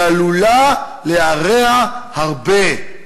היא עלולה להרע הרבה".